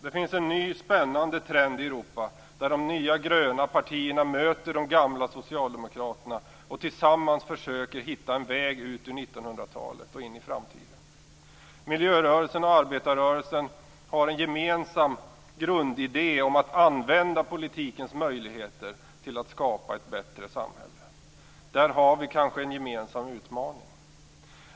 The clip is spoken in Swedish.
Det finns en ny spännande trend i Europa, där de nya gröna partierna möter de gamla socialdemokraterna och tillsammans försöker hitta en väg ut ur 1900-talet och in i framtiden. Miljörörelsen och arbetarrörelsen har en gemensam grundidé om att använda politikens möjligheter till att skapa ett bättre samhälle. Där har vi kanske en gemensam utmaning.